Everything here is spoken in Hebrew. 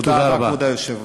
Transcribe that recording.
תודה רבה, כבוד היושב-ראש.